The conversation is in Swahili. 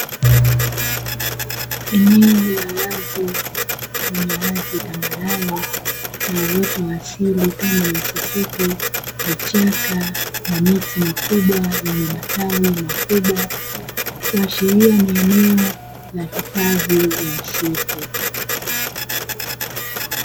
Eneo la wazi lenye ardhi tambarare na uoto wa asili, kama nyasi fupi, vichaka na miti mikubwa yenye matawi makubwa, kuashiria ni eneo la hifadhi ya misitu.